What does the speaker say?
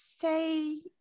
say